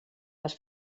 les